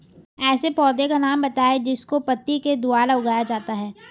ऐसे पौधे का नाम बताइए जिसको पत्ती के द्वारा उगाया जाता है